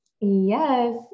Yes